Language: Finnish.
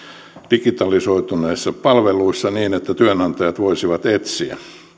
digitalisoituneissa palveluissa niin että työnantajat voisivat etsiä